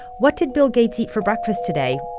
what did bill gates eat for breakfast today?